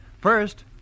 First